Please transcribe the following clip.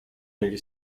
negli